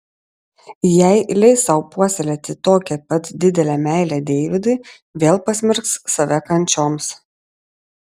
jei leis sau puoselėti tokią pat didelę meilę deividui vėl pasmerks save kančioms